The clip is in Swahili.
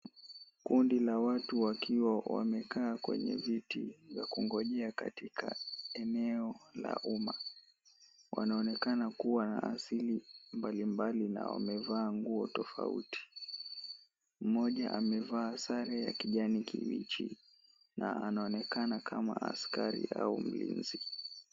Kundi la watu wakiwa wamekaa kwenye viti kungojea katika eneo la umma. Wanaonekana kuwa na asili mbalimbali na wamevaa nguo tofauti. Mmoja amevaa sare ya kijani kibichi na anaonekana kama askari au mlinzi.